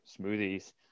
smoothies